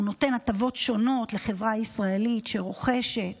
הוא נותן הטבות שונות לחברה ישראלית שרוכשת